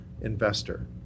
Investor